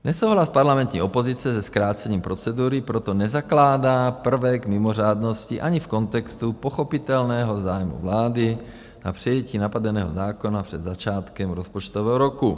Nesouhlas parlamentní opozice se zkrácením procedury proto nezakládá prvek mimořádnosti ani v kontextu pochopitelného zájmu vlády na přijetí napadeného zákona před začátkem rozpočtového roku.